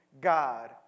God